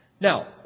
Now